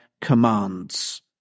commands